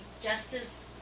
Justice